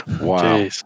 Wow